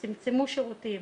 צמצמו שירותים